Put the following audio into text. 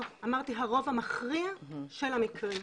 לא, אמרתי הרוב המכריע של המקרים.